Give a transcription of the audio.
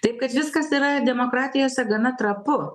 taip kad viskas yra demokratijose gana trapu